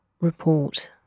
report